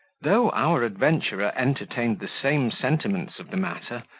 though our adventurer entertained the same sentiments of the matter,